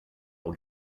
will